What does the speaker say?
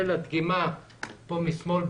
בתמונה משמאל,